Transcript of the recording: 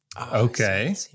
Okay